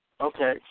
Okay